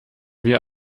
wir